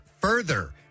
further